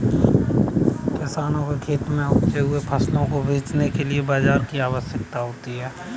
किसानों के खेत में उपजे हुए फसलों को बेचने के लिए बाजार की आवश्यकता होती है